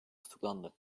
tutuklandı